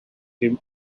dem